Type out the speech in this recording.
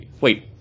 wait